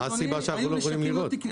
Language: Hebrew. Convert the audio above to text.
מה הסיבה שאנחנו לא יכולים לראות?